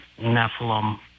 Nephilim